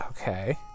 Okay